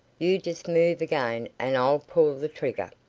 you just move again and i'll pull the trigger.